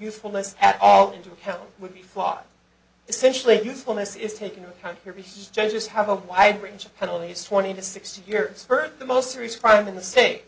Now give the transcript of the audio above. usefulness at all into account would be flawed essentially usefulness is taking time here he says just have a wide range of penalties twenty to sixty years for the most serious crime in the state